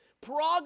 progress